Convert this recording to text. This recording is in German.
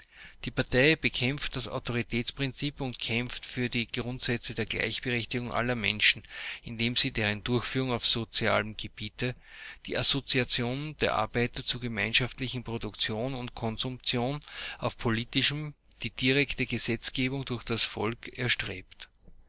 die partei bekämpft das autoritätsprinzip und kämpft für die grundsätze der gleichberechtigung aller menschen indem sie deren durchführung auf sozialem gebiete die assoziation der arbeiter zu gemeinschaftlicher produktion und konsumtion auf politischem die direkte gesetzgebung durch das volk erstrebt